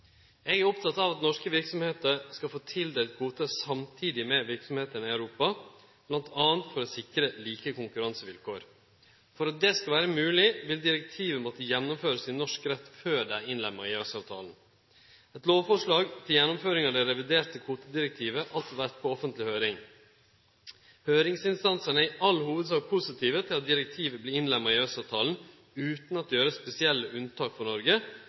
Eg er oppteken av at norske verksemder skal få tildelt kvotar samtidig med verksemdene i Europa, m.a. for å sikre like konkurransevilkår. For at dette skal vere mogleg, vil direktivet måtte gjennomførast i norsk rett før det er innlemma i EØS-avtalen. Eit lovforslag til gjennomføring av det reviderte kvotedirektivet har alt vore på offentleg høyring. Høyringsinstansane er i all hovudsak positive til at direktivet vert innlemma i EØS-avtalen utan at det vert gjort spesielle unntak for Noreg,